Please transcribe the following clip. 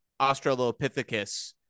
Australopithecus